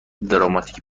دراماتیک